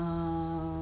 ah